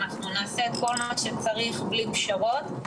נעשה כל מה שצריך בלי פשרות.